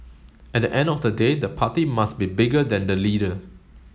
at the end of the day the party must be bigger than the leader